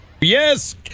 Yes